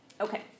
Okay